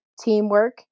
teamwork